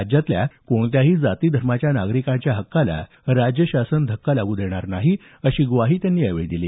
राज्यातल्या कोणत्याही जाती धर्माच्या नागरिकांच्या हक्काला राज्य शासन धक्का लागू देणार नाही अशी ग्वाही त्यांनी यावेळी दिली